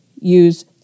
use